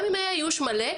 גם אם היה איוש מלא,